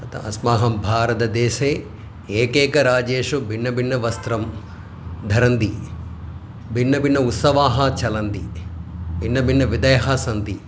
तत् अस्माकं भारतदेशे एकैक राज्येषु भिन्नभिन्नवस्त्रं धरन्ति भिन्नभिन्नोत्सवाः चलन्ति भिन्नभिन्नविधयः सन्ति